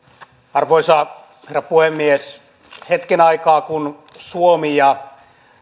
arvoisa herra puhemies hetken aikaa kun suomi ja